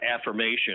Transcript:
affirmation